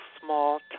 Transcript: small